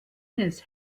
his